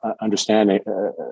understanding